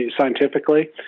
scientifically